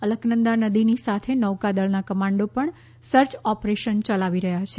અલકનંદા નદીની સાથે નૌકાદળના કમાન્ઠો પણ સર્ચ ઓપરેશન યલાવી રહ્યા છે